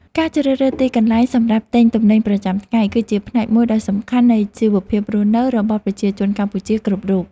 ការជ្រើសរើសទីកន្លែងសម្រាប់ទិញទំនិញប្រចាំថ្ងៃគឺជាផ្នែកមួយដ៏សំខាន់នៃជីវភាពរស់នៅរបស់ប្រជាជនកម្ពុជាគ្រប់រូប។